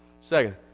second